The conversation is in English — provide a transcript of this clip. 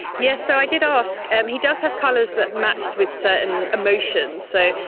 yes, so i did ask. he does have colours that matched with certain emotions. so,